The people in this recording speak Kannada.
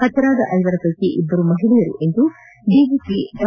ಹತರಾದ ಐವರ ಪೈಕಿ ಇಬ್ಲರು ಮಹಿಳೆಯರು ಎಂದು ಡಿಜಿಪಿ ಡಾ